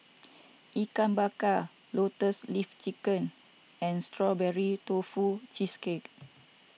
Ikan Bakar Lotus Leaf Chicken and Strawberry Tofu Cheesecake